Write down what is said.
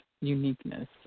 uniqueness